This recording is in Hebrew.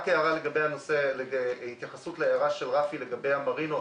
רק התייחסות להערה של רפי לגבי המרינות.